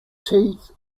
teeth